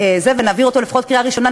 ונעביר אותו לפחות קריאה ראשונה,